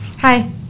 Hi